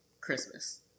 christmas